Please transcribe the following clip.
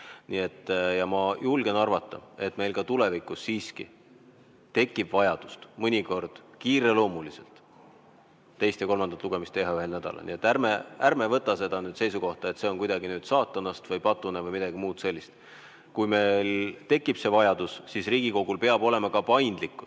Ja ma julgen arvata, et meil ka tulevikus siiski tekib mõnikord vajadus kiireloomuliselt teist ja kolmandat lugemist teha ühel nädalal. Ärme võtame seda seisukohta, et see on kuidagi saatanast või patune või midagi muud sellist. Kui meil tekib see vajadus, siis Riigikogul peab olema ka paindlikkus